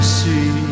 see